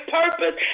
purpose